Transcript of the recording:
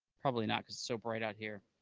probably not because it's so bright out here,